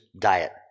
diet